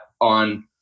on